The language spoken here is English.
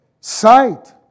sight